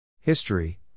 History